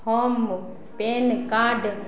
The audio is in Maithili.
हम पेनकार्ड